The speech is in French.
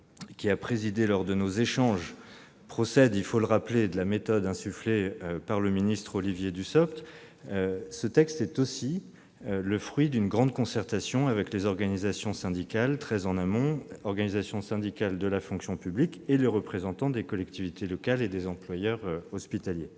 qui a présidé lors de nos échanges procède, il faut le rappeler, de la méthode insufflée par le secrétaire d'État, Olivier Dussopt. Ce texte est aussi le fruit d'une grande concertation, menée très en amont, avec les organisations syndicales de la fonction publique et les représentants des collectivités locales et des employeurs hospitaliers.